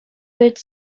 its